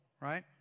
right